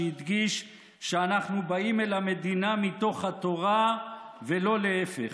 שהדגיש שאנחנו באים אל המדינה מתוך התורה ולא להפך.